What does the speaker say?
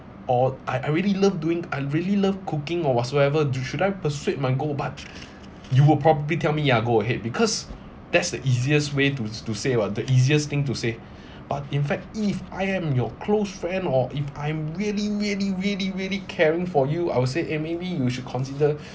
or I I really love doing I really love cooking or whatsoever do should I pursued my goal but you will probably tell me ya go ahead because that's the easiest way to to say [what] the easiest thing to say but in fact if I am your close friend or if I'm really really really really caring for you I would say eh maybe you should consider